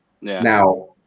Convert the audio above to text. Now